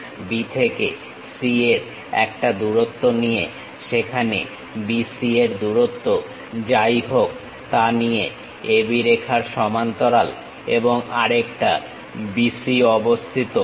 B থেকে C এর একটা দূরত্ব নিয়ে সেখানে BC এর দূরত্ব যাই হোক তা নিয়ে AB রেখার সমান্তরাল এবং আরেকটা BC অবস্থিত